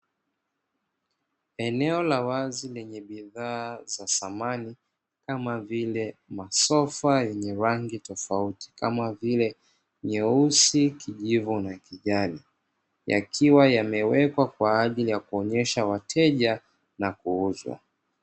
Eneo la wazi lenye bidhaa za samani kama vile masofa yenye rangi tofauti kama vile: nyeusi, kijivu na kijani yakiwa yamewekwa kwa ajili ya kuonyesha wateja na kuuza.